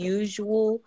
usual